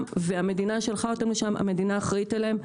והמדינה שלחה אותם לשם והיא אחראית עליהם.